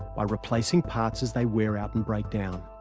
by replacing parts as they wear out and break down.